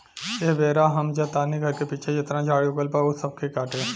एह बेरा हम जा तानी घर के पीछे जेतना झाड़ी उगल बा ऊ सब के काटे